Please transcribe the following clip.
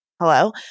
Hello